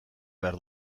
behar